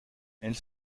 elles